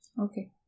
Okay